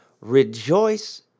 Rejoice